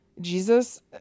Jesus